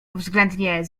względnie